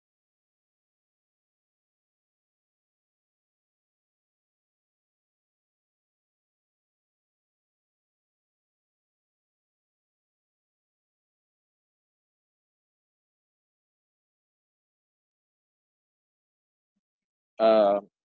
um